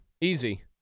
Easy